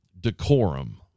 decorum